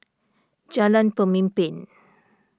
Jalan Pemimpin